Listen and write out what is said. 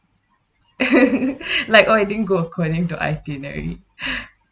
like oh I didn't go according to itinerary